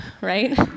right